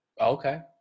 Okay